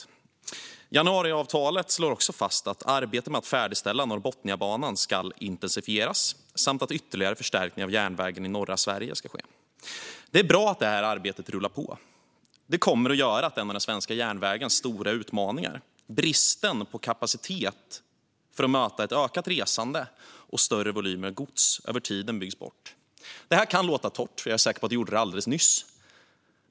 I januariavtalet slås fast att arbetet med att färdigställa Norrbotniabanan ska intensifieras samt att ytterligare förstärkning av järnvägen i norra Sverige ska ske. Det är bra att det arbetet rullar på. Det kommer att göra att en av den svenska järnvägens stora utmaningar - bristen på kapacitet att möta ett ökat resande och större volymer gods - över tiden byggs bort. Detta kan låta torrt, och jag är säker på att det gjorde det alldeles nyss.